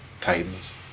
Titans